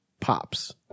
Pops